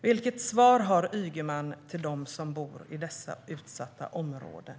Vilket svar har Ygeman till dem som bor i dessa utsatta områden?